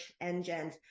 engines